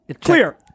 Clear